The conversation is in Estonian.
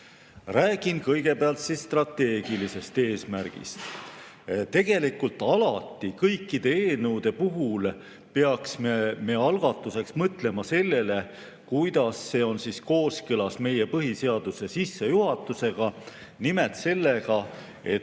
Räägin kõigepealt strateegilisest eesmärgist. Tegelikult alati kõikide eelnõude puhul peaksime algatuseks mõtlema sellele, kuidas see on kooskõlas meie põhiseaduse sissejuhatusega. Nimelt sellega, et